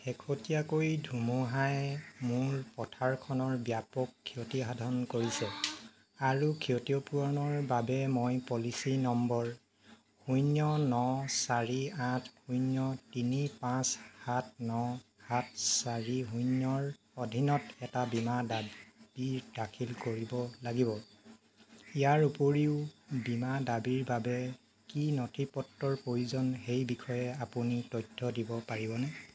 শেহতীয়াকৈ ধুমুহাই মোৰ পথাৰখনৰ ব্যাপক ক্ষতিসাধন কৰিছে আৰু ক্ষতিপূৰণৰ বাবে মই পলিচী নম্বৰ শূন্য ন চাৰি আঠ শূন্য তিনি পাঁচ সাত ন সাত চাৰি শূন্যৰ অধীনত এটা বীমা দাবী দাখিল কৰিব লাগিব ইয়াৰ উপৰিও বীমা দাবীৰ বাবে কি নথিপত্ৰৰ প্ৰয়োজন সেই বিষয়ে আপুনি তথ্য দিব পাৰিবনে